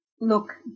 Look